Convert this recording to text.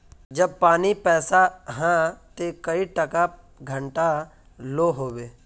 जब पानी पैसा हाँ ते कई टका घंटा लो होबे?